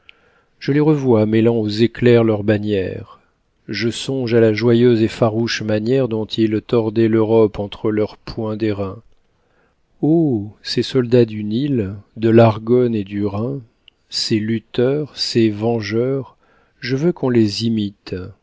je les revois mêlant aux éclairs leur bannière je songe à la joyeuse et farouche manière dont ils tordaient l'europe entre leurs poings d'airain oh ces soldats du nil de l'argonne et du rhin ces lutteurs ces vengeurs je veux qu'on les imite